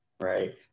right